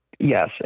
Yes